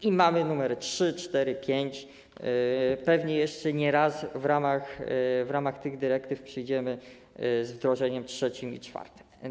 I mamy numery 3, 4, 5. Pewnie jeszcze nie raz w ramach tych dyrektyw przyjdziemy z wdrożeniami trzecim i czwartym.